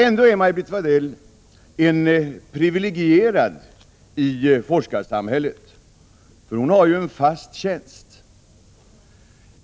Ändå är Maj-Brit Wadell privilegierad i forskarsamhället — hon har ju en fast tjänst.